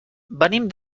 venim